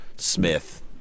Smith